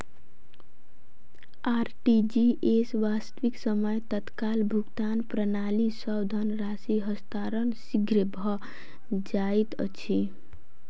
RTGS, वास्तविक समय तत्काल भुगतान प्रणाली, सॅ धन राशि हस्तांतरण शीघ्र भ जाइत अछि